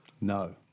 No